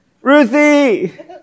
Ruthie